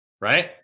right